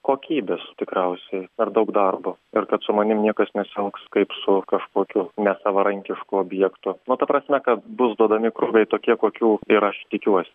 kokybės tikriausiai per daug darbo ir kad su manim niekas nesielgs kaip su kažkokiu nesavarankišku objektu nu ta prasme kad bus duodami krūviai tokie kokių ir aš tikiuos